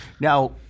Now